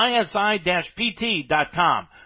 isi-pt.com